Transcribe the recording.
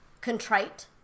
contrite